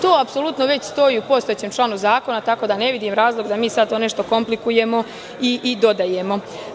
To već stoji u postojećem članu zakona, tako da ne vidim razlog da nešto komplikujemo i dodajemo.